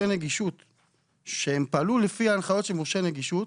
נגישות שפעלתם לפי הנחיות מורשה הנגישות,